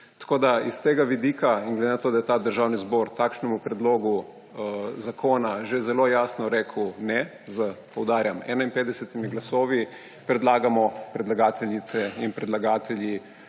Tako s tega vidika in glede na to, da je Državni zbor takšnemu predlogu zakona že zelo jasno rekel ne, poudarjam, z 51 glasovi, predlagamo predlagateljice in predlagatelji